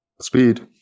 speed